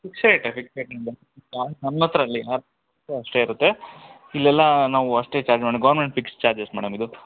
fix rate fix rate ನಮ್ಮದು ಯ ನಮ್ಮತ್ತರಲ್ಲ ಯಾರತ್ತಿರ ಅಷ್ಟೇ ಇರುತ್ತೆ ಇಲ್ಲೆಲ್ಲ ನಾವು ಅಷ್ಟೇ charge madam government fix charges madam ಇದು